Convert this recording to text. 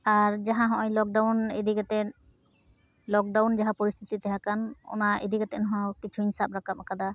ᱟᱨ ᱡᱟᱦᱟᱸ ᱱᱚᱣᱟ ᱞᱚᱠᱰᱟᱣᱩᱱ ᱤᱫᱤ ᱠᱟᱛᱮ ᱞᱚᱠᱰᱟᱣᱩᱱ ᱡᱟᱦᱟᱸ ᱯᱚᱨᱤᱥᱛᱷᱤᱛᱤ ᱛᱟᱦᱮᱸ ᱠᱟᱱ ᱚᱱᱟ ᱤᱫᱤ ᱠᱟᱛᱮᱛ ᱦᱚᱸ ᱠᱤᱪᱷᱩᱧ ᱥᱟᱵ ᱨᱟᱠᱟᱵ ᱟᱠᱟᱫᱟ